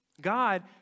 God